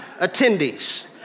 attendees